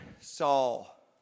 Saul